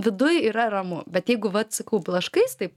viduj yra ramu bet jeigu vat sakau blaškais taip